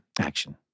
Action